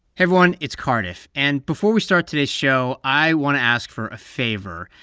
everyone. it's cardiff. and before we start today's show, i want to ask for a favor.